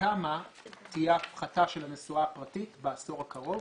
וכמה תהיה ההפחתה של הנסועה הפרטית בעשור הקרוב.